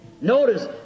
Notice